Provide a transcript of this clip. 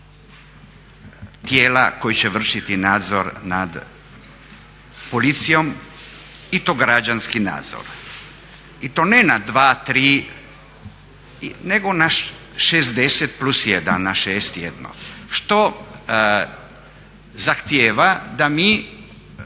tijela koji će vršiti nadzor nad policijom, i to građanski nadzor. I to ne na 2, 3 nego na 60 + 1, na 61. Što zahtijeva da mi